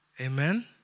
Amen